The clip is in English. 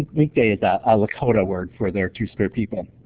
winkta is ah ah dakota word for their two-spirit people.